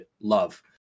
love